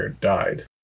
died